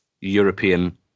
European